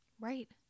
Right